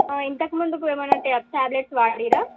ఇంతకముందు కూడా ఏమైనా టాబ్లెట్స్ వాడారా